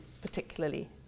particularly